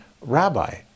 Rabbi